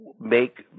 make